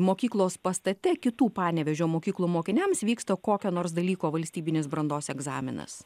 mokyklos pastate kitų panevėžio mokyklų mokiniams vyksta kokio nors dalyko valstybinis brandos egzaminas